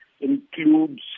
includes